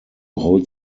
hold